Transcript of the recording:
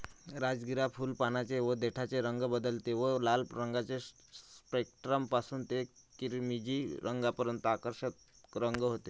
राजगिरा फुल, पानांचे व देठाचे रंग बदलते व लाल रंगाचे स्पेक्ट्रम पासून ते किरमिजी रंगापर्यंत आकर्षक रंग होते